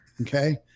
Okay